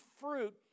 fruit